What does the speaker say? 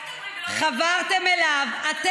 אליו, חברתם אליו, אולי תדברי ולא תקראי.